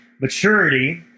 Maturity